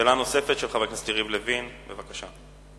חבר הכנסת יריב לוין, שאלה נוספת, בבקשה.